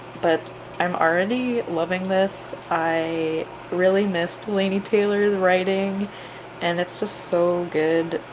but i'm already loving this, i really missed laini taylor's writing and it's just so good,